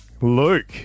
Luke